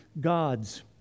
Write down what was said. God's